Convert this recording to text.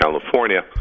California